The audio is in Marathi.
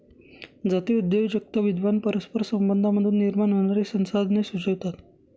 जातीय उद्योजकता विद्वान परस्पर संबंधांमधून निर्माण होणारी संसाधने सुचवतात